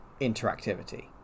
interactivity